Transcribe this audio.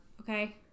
okay